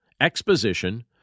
exposition